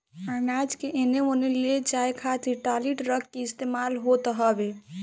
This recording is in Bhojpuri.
अनाज के एने ओने ले जाए खातिर टाली, ट्रक के इस्तेमाल होत हवे